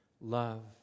love